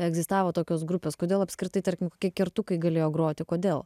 egzistavo tokios grupės kodėl apskritai tarkim kokie kertukai galėjo groti kodėl